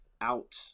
out